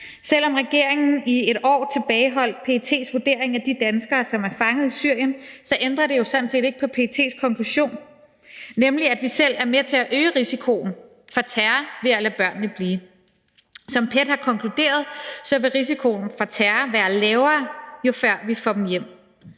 Selv om regeringen i et år tilbageholdt PET's vurdering af de danskere, som er fanget i Syrien, så ændrer det jo sådan set ikke på PET's konklusion, nemlig at vi selv er med til at øge risikoen for terror ved at lade børnene blive. Som PET har konkluderet, vil risikoen for terror være lavere, jo før vi får dem hjem.